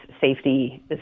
safety